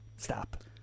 Stop